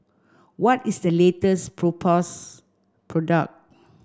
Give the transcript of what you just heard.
what is the latest Propass product